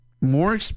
more